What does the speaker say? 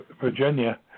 Virginia